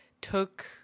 took